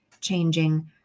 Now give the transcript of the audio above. changing